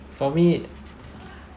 for me